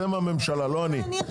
אתם הממשלה, לא אני.